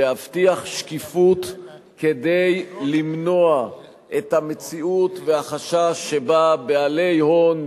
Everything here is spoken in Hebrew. להבטיח שקיפות כדי למנוע את המציאות והחשש שבעלי הון,